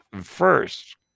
first